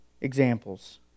examples